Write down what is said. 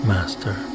Master